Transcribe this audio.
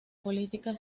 política